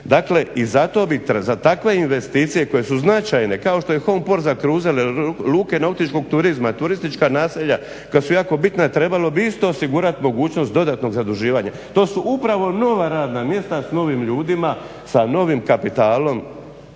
Dakle i za takve investicije koje su značajne kao što je … /Govornik se ne razumije zbog brzog čitanja./ … luke nautičkog turizma, turistička naselja kada su jako bitna trebalo bi isto osigurati mogućnost dodatnog zaduživanja. To su upravo nova radna mjesta sa novim ljudima sa novim kapitalom